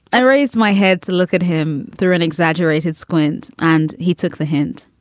i raised my head to look at him through an exaggerated squint, and he took the hint.